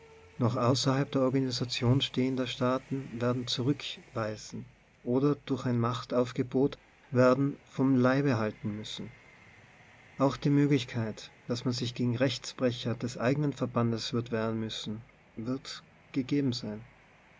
noch außerhalb der organisation stehender staaten werden zurückweisen oder durch ein machtaufgebot werden vom leibe halten müssen auch die möglich keit daß man sich gegen rechtsbrecher des eigenen verbandes wird wehren müssen wird gegeben sein